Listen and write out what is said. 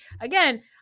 Again